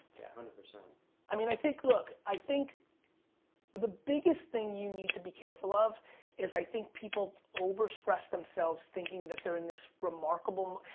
yeah hundred. i mean i think, look, i think the biggest thing you need to be careful of is, i think people over stress themselves thinking that they're in this remarkable.